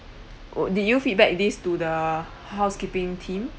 wou~ did you feedback these to the housekeeping team